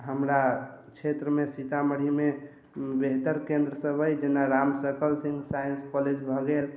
हमरा क्षेत्र मे सीतामढ़ी मे बेहतर केन्द्र सब अछि जेना राम सकल सिंह साइंस कॉलेज भऽ गेल